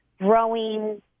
growing